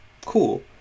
cool